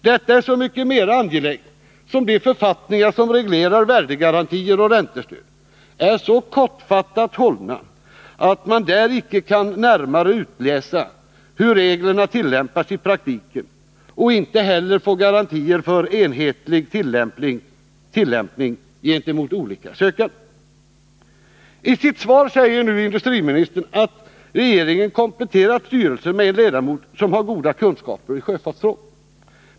Detta är så mycket mera angeläget som de författningar som reglerar värdegarantier och räntestöd är så kortfattat hållna att man där icke kan närmare utläsa hur reglerna tillämpas i praktiken och inte heller få garantier för enhetlig tillämpning gentemot olika sökande. I sitt svar säger nu industriministern att regeringen kompletterat styrelsen med en ledamot som har goda kunskaper i sjöfartsfrågor.